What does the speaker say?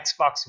Xbox